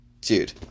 dude